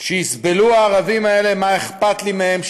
שיסבלו הערבים האלה, מה אכפת לי מהם?